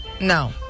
No